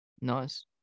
nice